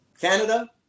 Canada